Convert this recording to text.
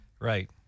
Right